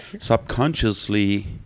subconsciously